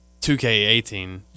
2K18